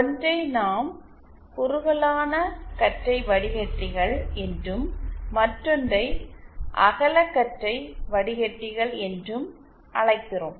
ஒன்றை நாம் குறுகலான கற்றை வடிக்கட்டிகள் என்றும் மற்றொன்றை அகல கற்றை வடிக்கட்டிகள் என்றும் அழைக்கிறோம்